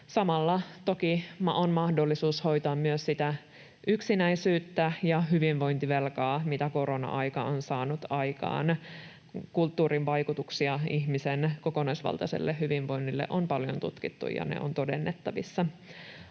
Samalla toki on mahdollisuus hoitaa myös sitä yksinäisyyttä ja hyvinvointivelkaa, mitä korona-aika on saanut aikaan. Kulttuurin vaikutuksia ihmisen kokonaisvaltaiselle hyvinvoinnille on paljon tutkittu, ja ne ovat todennettavissa.